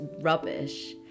rubbish